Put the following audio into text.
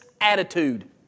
attitude